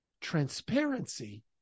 transparency